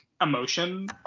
emotion